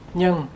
nhưng